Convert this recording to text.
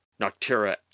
Noctera